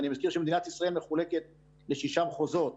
ואני מזכיר שמדינת ישראל מחולקת לשישה מחוזות,